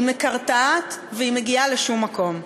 היא מקרטעת והיא מגיעה לשום מקום.